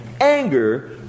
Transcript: Anger